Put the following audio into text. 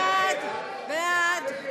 ההסתייגות של קבוצת סיעת המחנה הציוני לסעיף